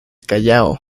callao